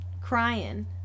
Crying